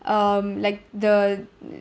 um like the